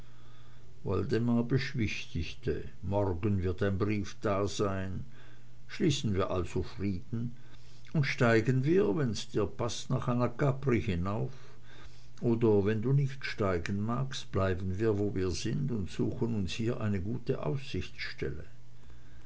woldemar beschwichtigte morgen wird ein brief dasein schließen wir also frieden und steigen wir wenn dir's paßt nach anacapri hinauf oder wenn du nicht steigen magst bleiben wir wo wir sind und suchen uns hier eine gute